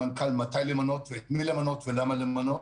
למנכ"ל מתי למנות ואת מי למנות ולמה למנות,